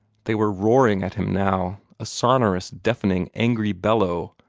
they were roaring at him now a sonorous, deafening, angry bellow,